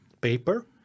paper